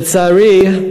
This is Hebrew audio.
לצערי,